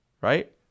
right